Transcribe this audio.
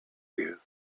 you